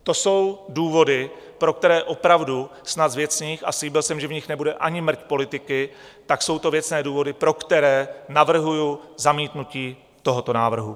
To jsou důvody, pro které opravdu snad z věcných a slíbil jsem, že v nich nebude ani mrť politiky tak jsou to věcné důvody, pro které navrhuji zamítnutí tohoto návrhu.